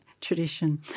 tradition